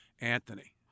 Anthony